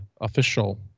official